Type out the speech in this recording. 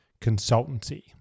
consultancy